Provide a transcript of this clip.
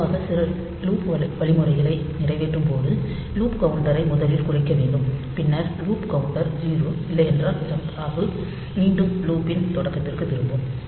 பொதுவாக சில லூப் வழிமுறைகளை நிறைவேற்றும் போது லூப் கவுண்டரை முதலில் குறைக்க வேண்டும் பின்னர் லூப் கவுண்டர் 0 இல்லையென்றால் ஜம்ப் ஆகி மீண்டும் லூப்பின் தொடக்கத்திற்குத் திரும்பும்